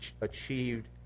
achieved